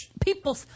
People